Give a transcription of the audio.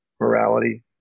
morality